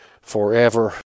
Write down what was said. forever